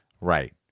Right